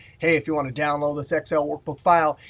hey, if you want to download this excel workbook file,